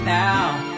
now